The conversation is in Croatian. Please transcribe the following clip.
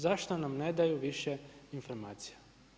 Zašto nam ne daju više informacija?